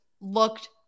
looked